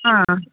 ಹಾಂ